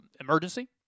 emergency